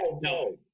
No